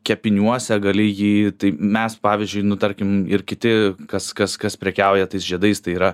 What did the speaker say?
kepiniuose gali jį tai mes pavyzdžiui nu tarkim ir kiti kas kas kas prekiauja tais žiedais tai yra